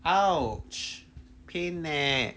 !ouch! pain leh